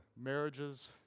marriages